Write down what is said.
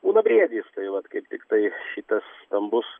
būna briedis tai vat kaip tiktai šitas stambus